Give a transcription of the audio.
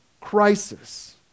Crisis